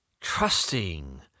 trusting